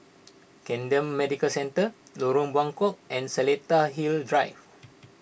Camden Medical Centre Lorong Buangkok and Seletar Hills Drive